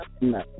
No